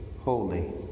holy